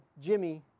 Jimmy